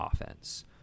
offense